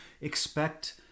expect